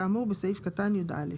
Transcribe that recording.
כאמור בסעיף קטן (יא)".